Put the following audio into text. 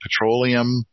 petroleum